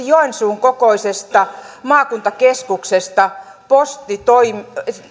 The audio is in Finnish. joensuun kokoisessa maakuntakeskuksessa